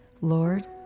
Lord